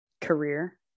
career